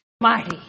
mighty